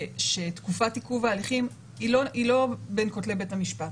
שתקופת עיכוב הליכים היא לא בין כתלי בית המשפט.